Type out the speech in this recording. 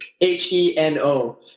H-E-N-O